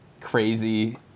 crazy